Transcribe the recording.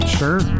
sure